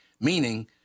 meaning